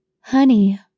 Honey